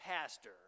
pastor